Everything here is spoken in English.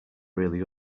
really